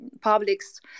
public's